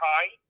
High